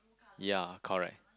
ya correct